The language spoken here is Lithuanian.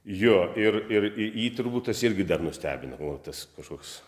jo ir ir jį turbūt tas irgi dar nustebino o tas kažkoks